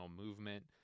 movement